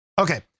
Okay